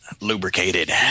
lubricated